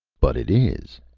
but it is!